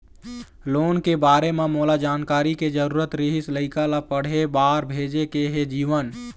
loan के बारे म मोला जानकारी के जरूरत रीहिस, लइका ला पढ़े बार भेजे के हे जीवन